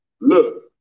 look